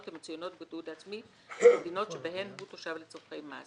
המצוינות בתיעוד העצמי כמדינות שבהן הוא תושב לצרכי מס;